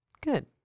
Good